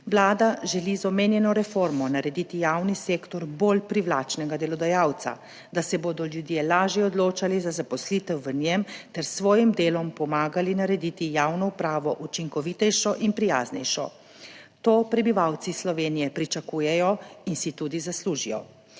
Vlada želi z omenjeno reformo narediti javni sektor za bolj privlačnega delodajalca, da se bodo ljudje lažje odločali za zaposlitev v njem ter s svojim delom pomagali narediti javno upravo učinkovitejšo in prijaznejšo. To prebivalci Slovenije pričakujejo in si tudi zaslužijo.